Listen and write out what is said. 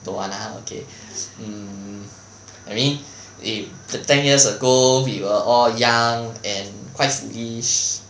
don't want ah okay um I mean it ten years ago we were all young and quite foolish